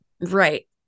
right